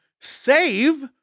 save